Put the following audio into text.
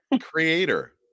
Creator